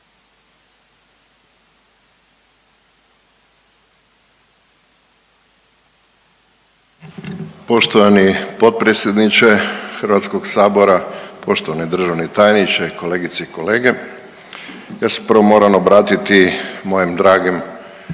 Poštovani potpredsjedniče Hrvatskog sabora, poštovani državni tajniče, kolegice i kolege. Ja se prvo moram obratiti mojim dragim